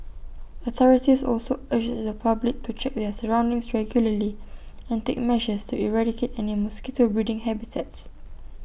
authorities also urge the public to check their surroundings regularly and take measures to eradicate any mosquito breeding habitats